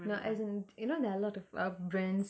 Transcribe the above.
no as in you know there are a lot of uh brands